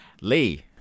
Lee